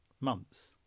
months